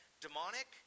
demonic